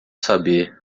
saber